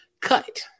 cut